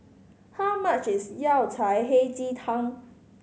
how much is Yao Cai Hei Ji Tang